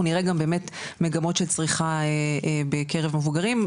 נראה גם באמת מגמות של צריכה בקרב מבוגרים,